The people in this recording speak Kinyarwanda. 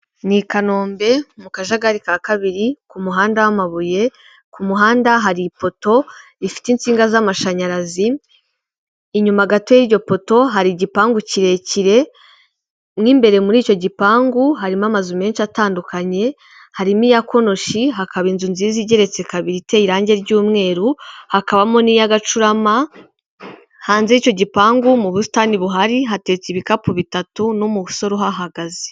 Ni i Kanombe mu kajagari ka kabiri ku muhanda w'amabuye ku muhanda hari ipoto ifite insinga z'amashanyarazi inyuma gato y'iryopoto hari igipangu kirekire n'imbere muri icyo gipangu harimo amazu menshi atandukanye. Harimo iyakonoshi hakaba inzu nziza igeretse kabiri iteye irangi ry'umweru hakabamo n'iy'agacurama, hanze y'icyo gipangu mu busitani buhari hateretse ibikapu bitatu n' umusore uhahagaze.